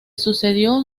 sucedió